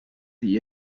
sie